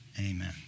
amen